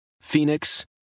Phoenix